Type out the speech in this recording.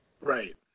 Right